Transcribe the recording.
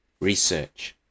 research